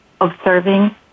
observing